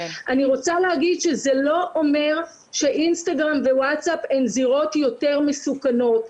אני רוצה להגיד שזה לא אומר שאינסטגרם ווואטסאפ הן זירות יותר מסוכנות.